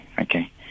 Okay